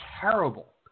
terrible